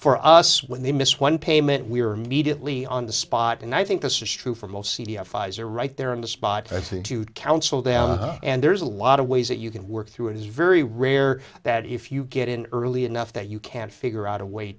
for us when they miss one payment we are mediately on the spot and i think this is true for most c d s pfizer right there on the spot i think to counsel them and there's a lot of ways that you can work through it is very rare that if you get in early enough that you can figure out a way